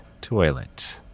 Toilet